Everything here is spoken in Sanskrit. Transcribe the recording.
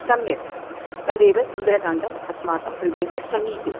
सम्यक् तदेव सुन्दरकाण्डम् अस्माकं हृदयस्य समीपे